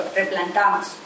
replantamos